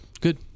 Good